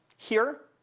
here,